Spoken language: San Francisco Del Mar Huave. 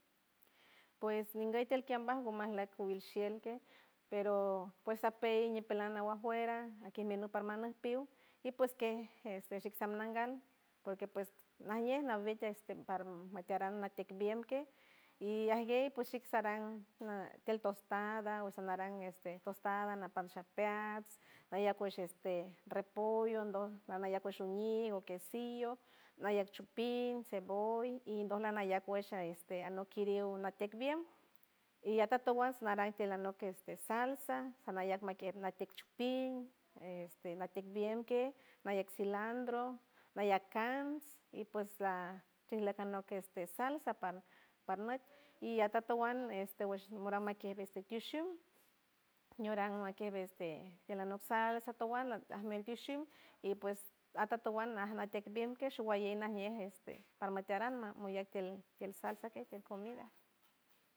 Pues ninguey tiel kambaj ngu majlack wil shield kej, pero pues sapey ñipelan naw afuera, ajkiej minüt parmanaj piw, ikes pues este shik sap nangal, porque pues najñe nawit, este parma nataran natieck biem kej, y ajguey pues shik saran tiel tostada osanaran este tostada napan sha peats mayac kuish este repollo ndoj sanayac kuish uñi o quesillo mayac chupin, ceboll, indoj anayac nguesh este anok kiriw natieck mbiem, iyatatuas naran a lanok salsa, anayac mayec matieck chupiñ, este natieck mbiem kej, nayac cilandro nayac kants y pues shiyac lanok este salsa par- par nüt y atatuan este ush ñuran makiej este tishum, ñuran makiej este tiel alanok salsa tuan ajmiel tishum, y pues atatuan aj nateck mbiem kej showalley najñe este parmataran moyac tiel tiel salsa, kej tiel comida.